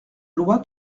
loi